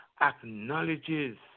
acknowledges